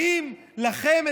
האם לכם,